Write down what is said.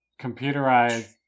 computerized